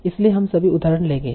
इसलिए हम सभी उदाहरण लेंगे